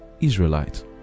Israelite